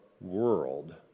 world